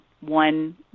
one